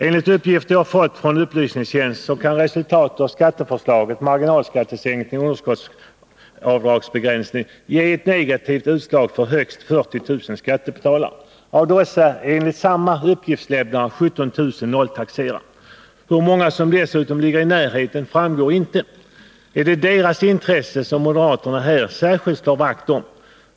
Enligt uppgifter som jag fått från upplysningstjänsten kan resultatet av skatteförslaget, marginalskattesänkningen och underskottsavdragsbegräns ningen ge ett negativt utslag för högst 40 000 skattebetalare. Av dessa är enligt samma uppgiftslämnare 17 000 s.k. nolltaxerare. Hur många som dessutom ligger i närheten framgår inte. Är det deras intressen som moderaterna här särskilt slår vakt om?